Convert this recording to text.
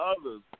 others